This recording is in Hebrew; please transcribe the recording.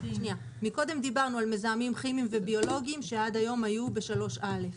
מקודם דיברנו על מזהמים כימיים וביולוגיים שעד היום היו ב-3א.